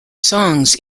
songs